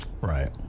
Right